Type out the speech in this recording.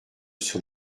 sur